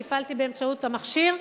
שהפעלתי באמצעות המכשיר.